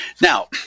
Now